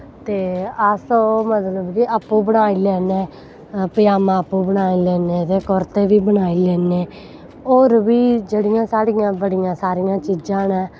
ते अस ओह् मतलव कि आपूं बनाई लैन्ने पज़ामां आपूं बनाई लैन्ने कुर्ता बी बनाई लैन्ने होर बी जेह्ड़ियां बड़ियां सारियां साढ़ियां चीजां नै